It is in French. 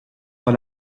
dans